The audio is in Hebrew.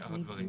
שאר הדברים.